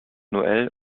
noel